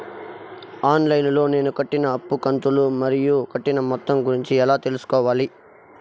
On line లో నేను కట్టిన అప్పు కంతులు మరియు కట్టిన మొత్తం గురించి ఎలా తెలుసుకోవాలి?